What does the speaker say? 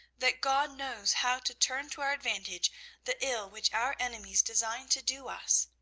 that god knows how to turn to our advantage the ill which our enemies design to do us.